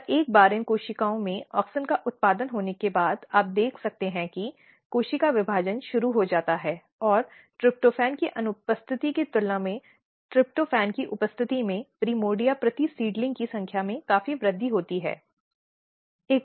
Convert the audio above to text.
और एक बार इन कोशिकाओं में ऑक्सिन का उत्पादन होने के बाद आप देख सकते हैं कि कोशिका विभाजन शुरू हो जाता है और ट्रिप्टोफैन की अनुपस्थिति की तुलना में ट्रिप्टोफैन की उपस्थिति में प्राइमर्डिया प्रति सीड्लिंग की संख्या में काफी वृद्धि होती है